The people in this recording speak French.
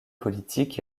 politique